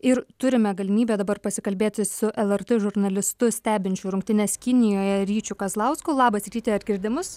ir turime galimybę dabar pasikalbėti su lrt žurnalistu stebinčiu rungtynes kinijoje ryčiu kazlausku labas ryti ar girdi mus